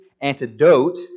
antidote